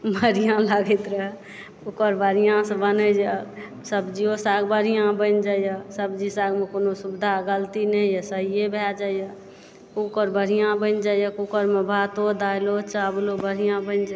बढ़िऑं लागैत रहै कूकर बढ़िऑं सऽ बने जऽ सब्जियो साग बढ़िऑं बनि जाइया सब्जी साग मे कोनो सुविधा गलती नहि सहिये भय जाइया कूकर बढ़िऑं बनि जाइया कूकर मे भातो दालियो चावलो बढ़िऑं बनि जा